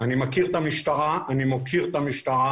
אני מכיר את המשטרה ואני מוקיר אותה,